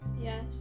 Yes